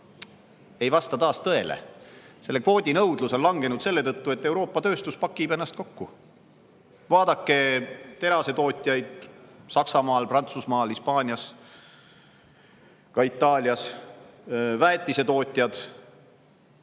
Ei vasta taas tõele. Selle kvoodi nõudlus on langenud selle tõttu, et Euroopa tööstus pakib ennast kokku. Vaadake terasetootjaid Saksamaal, Prantsusmaal, Hispaanias, ka Itaalias. Väetisetootjad